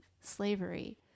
slavery